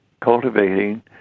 cultivating